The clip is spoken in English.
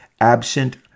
absent